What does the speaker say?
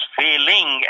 failing